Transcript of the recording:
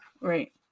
right